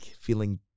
feeling